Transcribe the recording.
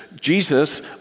Jesus